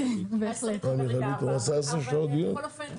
בכל אופן,